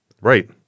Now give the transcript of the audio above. Right